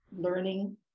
learning